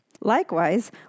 Likewise